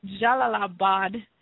Jalalabad